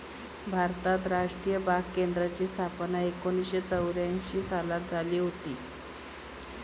भारतात राष्ट्रीय बाग केंद्राची स्थापना एकोणीसशे चौऱ्यांशी सालात झाली हुती